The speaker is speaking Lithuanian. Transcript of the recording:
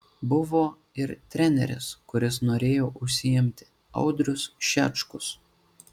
buvo ir treneris kuris norėjo užsiimti audrius šečkus